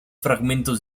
fragmentos